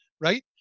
right